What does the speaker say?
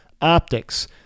optics